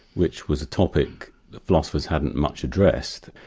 which was a topic philosophers hadn't much addressed.